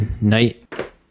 night